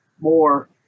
more